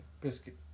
biscuit